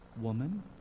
woman